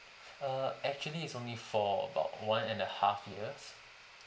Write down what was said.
err actually is only for about one and a half years